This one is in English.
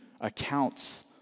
accounts